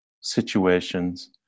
situations